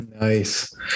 nice